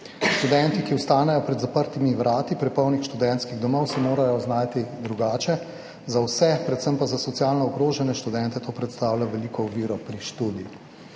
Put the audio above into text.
Študenti, ki ostanejo pred zaprtimi vrati prepolnih študentskih domov, se morajo znajti drugače. Za vse, predvsem pa za socialno ogrožene študente to predstavlja veliko oviro pri študiju.